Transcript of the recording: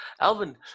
Alvin